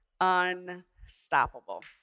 unstoppable